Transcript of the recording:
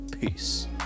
Peace